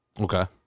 Okay